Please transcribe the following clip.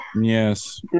yes